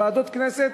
ועדות כנסת,